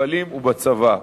במפעלים ובצבא.